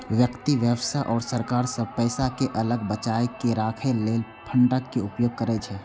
व्यक्ति, व्यवसाय आ सरकार सब पैसा कें अलग बचाके राखै लेल फंडक उपयोग करै छै